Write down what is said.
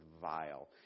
vile